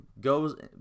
goes